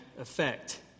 effect